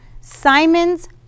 Simon's